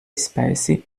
espécie